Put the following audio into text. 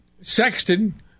Sexton